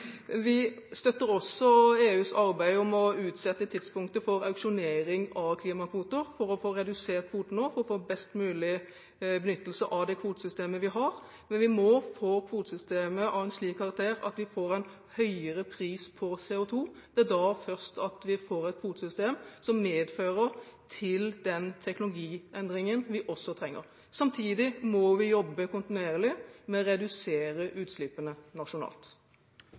Vi støtter også EUs arbeid med å utsette tidspunktet for auksjonering av klimakvoter, dette for å få redusert kvoter nå og for å få best mulig benyttelse av det kvotesystemet vi har. Men vi må få kvotesystemet av en slik karakter at vi får en høyere pris på CO2. Først da får vi et kvotesystem som fører til den teknologiutviklingen vi også trenger. Samtidig må vi jobbe kontinuerlig med å redusere utslippene nasjonalt.